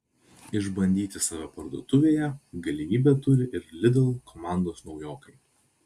išbandyti save parduotuvėje galimybę turi ir lidl komandos naujokai